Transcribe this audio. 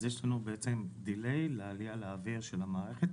אז יש לנו בעצם delay לעלייה לאוויר של המערכת.